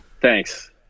Thanks